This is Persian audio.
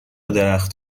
درخت